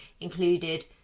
included